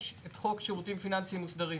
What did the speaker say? יש את חוק שירותים פיננסיים מוסדרים,